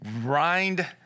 grind